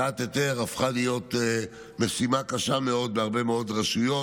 הוצאת היתר הפכה להיות משימה קשה מאוד בהרבה מאוד רשויות,